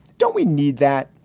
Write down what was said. don't we need that